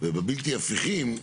ובבלתי הפיכים,